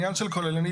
בעניין של כוללנית,